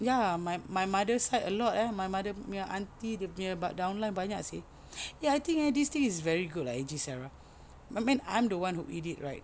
ya my my mother side a lot eh my mother nya auntie dia punya buat downline banyak seh eh I think eh this thing is very good lah A_J sarah I mean I'm the one who eat it right